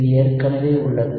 இது ஏற்கனவே உள்ளது